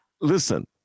Listen